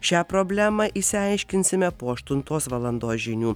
šią problemą išsiaiškinsime po aštuntos valandos žinių